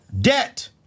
debt